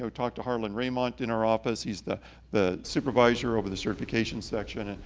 so talk to harlan reymont in our office, he's the the supervisor over the certification section, and